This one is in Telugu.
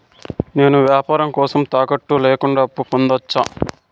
నేను వ్యాపారం కోసం తాకట్టు లేకుండా అప్పు పొందొచ్చా?